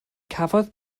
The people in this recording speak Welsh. cafodd